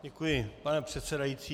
Děkuji, pane předsedající.